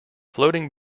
floating